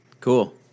Cool